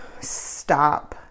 stop